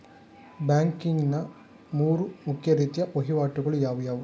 Banking ನ ಮೂರು ಮುಖ್ಯ ರೀತಿಯ ವಹಿವಾಟುಗಳು ಯಾವುವು?